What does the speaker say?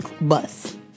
bus